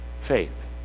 faith